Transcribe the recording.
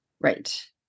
Right